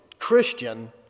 Christian